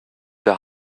der